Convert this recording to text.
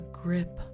grip